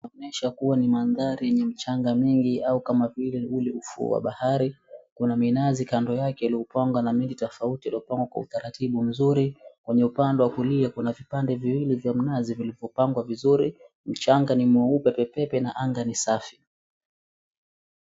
Kuonyesha kuwa ni mandhari yenye mchanga mingi au kama vile ule ufuo wa bahari. Kuna minazi kando yake iliyoupangwa na miti tofauti iliyopangwa kwa utaratibu mzuri. Kwenye upande wa kulia kuna vipande viwili vya mnazi vilivyopangwa vizuri, mchanga ni mweupe pepepe na anga ni safi.